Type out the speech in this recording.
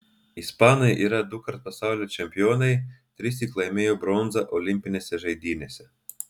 ispanai yra dukart pasaulio čempionai trissyk laimėjo bronzą olimpinėse žaidynėse